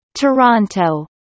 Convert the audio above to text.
Toronto